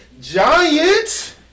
Giant